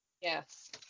Yes